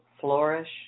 flourish